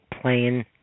playing